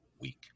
week